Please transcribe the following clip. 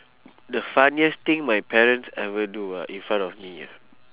the funniest thing my parents ever do ah in front of me ah